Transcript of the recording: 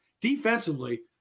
Defensively